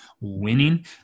winning